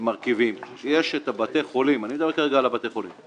מרכיבים ואני מדבר כרגע על בתי החולים.